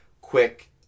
quick